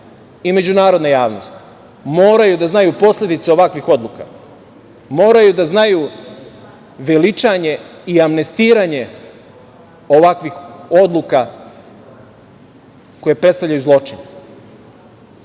i međunarodna javnost moraju da znaju posledice ovakvih odluka, moraju da znaju veličanje i amnestiranje ovakvih odluka koje predstavljaju zločin,